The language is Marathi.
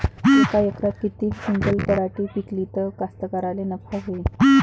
यका एकरात किती क्विंटल पराटी पिकली त कास्तकाराइले नफा होईन?